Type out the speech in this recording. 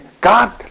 God